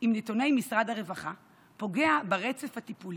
עם נתוני משרד הרווחה פוגע ברצף הטיפול